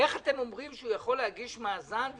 יש שאלות מאוד מורכבות בעניין המקדמות.